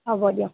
হ'ব দিয়ক